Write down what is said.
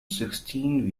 sixteen